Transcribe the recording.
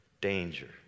danger